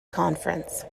conference